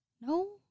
no